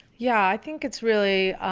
yeah, i think it's really